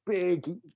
big